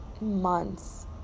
months